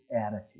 attitude